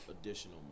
additional